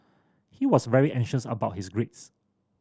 he was very anxious about his grades